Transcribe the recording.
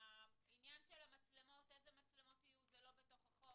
העניין של אלו מצלמות זה לא בתוך החוק